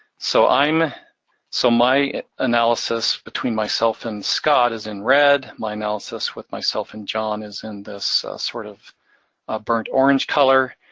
so so my analysis between myself and scott is in red. my analysis with myself and john is in this sort of ah burnt orange color,